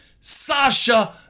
sasha